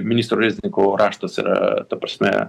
ministro reznikovo raštas yra ta prasme